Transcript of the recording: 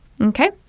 okay